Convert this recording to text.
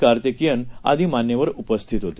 कार्तिकेयन आदी मान्यवर उपस्थित होते